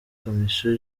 komisiyo